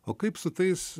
o kaip su tais